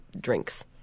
drinks